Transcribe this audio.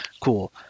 Cool